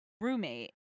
roommate